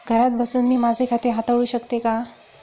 घरात बसून मी माझे खाते हाताळू शकते का?